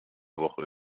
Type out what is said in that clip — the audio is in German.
woche